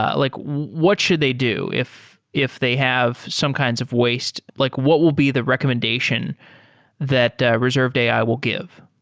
like what should they do if if they have some kinds of waste? like what will be the recommendation that reserved ai will give?